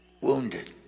wounded